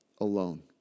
alone